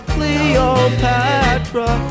Cleopatra